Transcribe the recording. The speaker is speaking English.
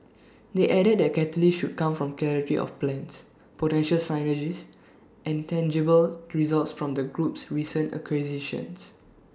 they added that catalysts should come from clarity of plans potential synergies and tangible results from the group's recent acquisitions